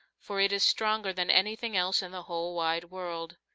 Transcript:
for it is stronger than anything else in the whole wide world.